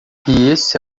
esse